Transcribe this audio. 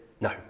no